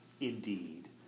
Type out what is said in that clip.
indeed